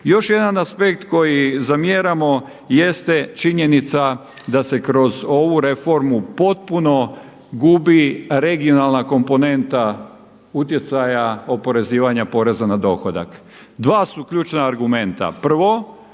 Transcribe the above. Još jedan aspekt koji zamjeramo jeste činjenica da se kroz ovu reformu potpuno gubi regionalna komponenta utjecaja oporezivanja poreza na dohodak. Dva su ključna argumenta. Prvo,